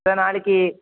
sir நாளைக்கு